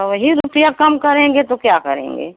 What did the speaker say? सौ ही रुपया कम करेंगे तो क्या करेंगे